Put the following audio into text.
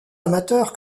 amateurs